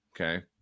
Okay